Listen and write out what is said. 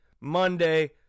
Monday